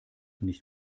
nicht